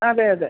ആ അതേ അതേ